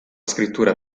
scrittura